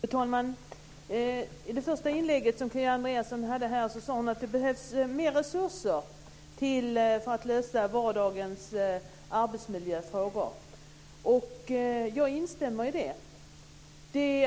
Fru talman! I det första inlägget som Kia Andreasson hade här sade hon att det behövs mer resurser för att lösa vardagens arbetsmiljöfrågor. Jag instämmer i det.